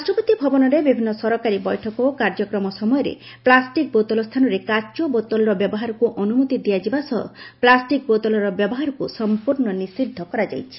ରାଷ୍ଟ୍ରପତି ଭବନରେ ବିଭିନ୍ନ ସରକାରୀ ବୈଠକ ଓ କାର୍ଯ୍ୟକ୍ରମ ସମୟରେ ପ୍ଲାଷ୍ଟିକ୍ ବୋତଲ ସ୍ଥାନରେ କାଚ ବୋତଲର ବ୍ୟବହାରକୁ ଅନୁମତି ଦିଆଯିବା ସହ ପ୍ଲାଷ୍ଟିକ୍ ବୋତଲର ବ୍ୟବହାରକୁ ସମ୍ପୂର୍ଣ୍ଣ ନିଷିଦ୍ଧ କରାଯାଇଛି